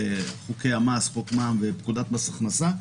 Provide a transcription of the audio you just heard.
בחוקי המס: חוק מע"מ ופקודת מס הכנסה,